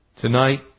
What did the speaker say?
Tonight